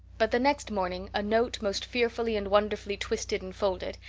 but the next morning a note most fearfully and wonderfully twisted and folded,